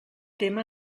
tema